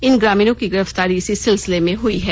इन ग्रामीणों की गिरफ़तारी इसी सिलसिले में हई है